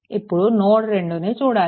ఇప్పుడు నోడ్2 ని చూడాలి